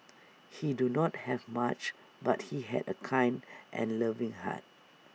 he did not have much but he had A kind and loving heart